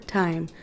time